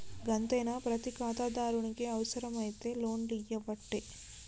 గంతేనా, ప్రతి ఖాతాదారునికి అవుసరమైతే లోన్లియ్యవట్టే